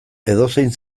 edozein